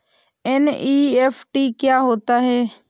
NEFT क्या होता है?